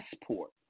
passport